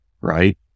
right